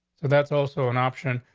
so that's also an option.